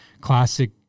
classic